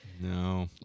No